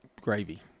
gravy